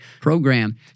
program